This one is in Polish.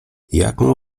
jaką